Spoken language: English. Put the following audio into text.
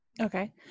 okay